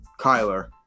Kyler